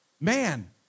Man